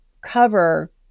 cover